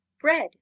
Bread